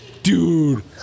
Dude